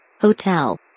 Hotel